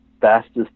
fastest